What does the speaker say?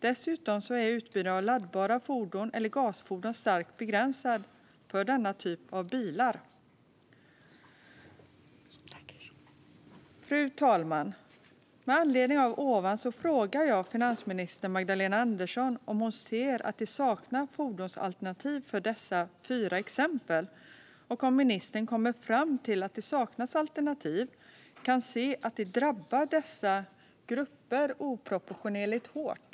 Dessutom är utbudet av laddbara fordon och gasfordon starkt begränsat för denna typ av bilar. Fru talman! Med anledning av detta frågar jag finansminister Magdalena Andersson om hon ser att det saknas fordonsalternativ för dessa fyra exempel och om ministern, om hon kommer fram till att det saknas alternativ, kan se att det drabbar dessa grupper oproportionerligt hårt.